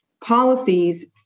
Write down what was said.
policies